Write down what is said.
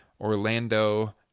orlando